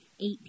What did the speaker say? eight